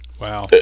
Wow